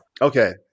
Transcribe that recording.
Okay